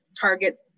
target